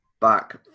back